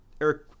Eric